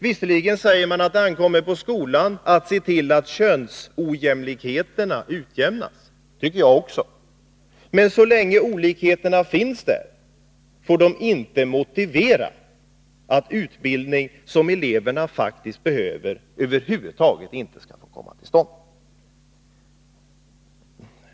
Visserligen säger man att det ankommer på skolan att se till att könsojämlikheterna utjämnas — och det tycker jag också. Men så länge olikheterna finns där får de inte motivera att utbildning som eleverna faktiskt behöver över huvud taget inte skall få komma till stånd.